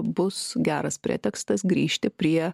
bus geras pretekstas grįžti prie